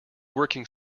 working